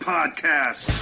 Podcast